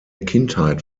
kindheit